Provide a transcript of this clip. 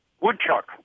Woodchuck